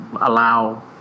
allow